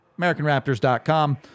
AmericanRaptors.com